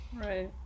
Right